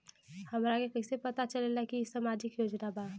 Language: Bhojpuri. हमरा के कइसे पता चलेगा की इ सामाजिक योजना बा?